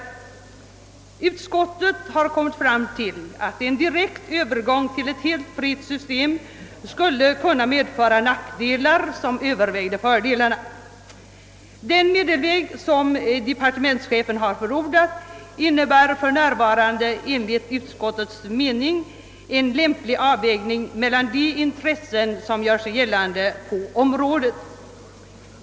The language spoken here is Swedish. Utskottet har den uppfattningen, att en direkt övergång till ett helt nytt system skulle kunna medföra nackdelar som överväger fördelarna. Den medelväg som departementschefen har förordat innebär för närvarande enligt utskottets mening en lämplig avvägning mellan de intressen som gör sig gällande på området.